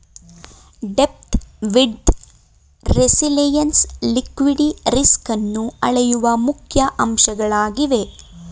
depth, width, resilience liquidity ರಿಸ್ಕನ್ನು ಅಳೆಯುವ ಮುಖ್ಯ ಅಂಶಗಳಾಗಿವೆ